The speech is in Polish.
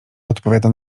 odpowiada